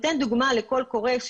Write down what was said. אתן דוגמה לקול קורא,